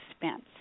expense